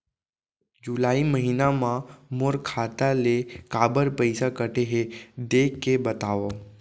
जुलाई महीना मा मोर खाता ले काबर पइसा कटे हे, देख के बतावव?